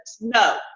no